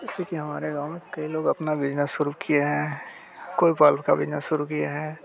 जैसे कि हमारे गाँव में कई लोग अपना बिजनेस शुरू किए हैं कोई बल्ब का बिजनेस शुरु किए हैं